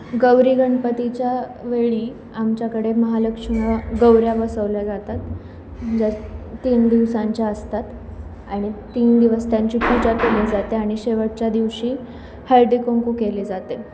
गौरी गणपतीच्या वेळी आमच्याकडे महालक्ष्मी गौऱ्या बसवल्या जातात जसे तीन दिवसांच्या असतात आणि तीन दिवस त्यांची पूजा केली जाते आणि शेवटच्या दिवशी हळदीकुंकू केले जाते